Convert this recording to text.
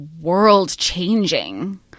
world-changing